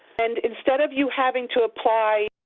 and instead of you having to apply